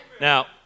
Now